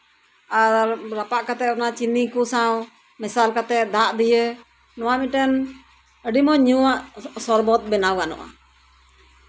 ᱨᱟᱯᱟᱜ ᱠᱟᱛᱮᱜ ᱚᱱᱟ ᱪᱤᱱᱤ ᱠᱚ ᱥᱟᱶ ᱢᱮᱥᱟᱞ ᱠᱟᱛᱮᱜ ᱫᱟᱜ ᱫᱤᱭᱮ ᱱᱚᱣᱟ ᱢᱤᱫᱴᱮᱱ ᱟᱹᱰᱤ ᱢᱚᱡᱽ ᱧᱩᱟᱜ ᱥᱚᱨᱵᱚᱛ ᱵᱮᱱᱟᱣ ᱜᱟᱱᱚᱜᱼᱟ